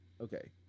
Okay